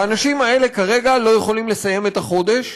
והאנשים האלה כרגע לא יכולים לסיים את החודש.